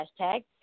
hashtag